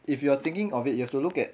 if you're thinking of it you have to look at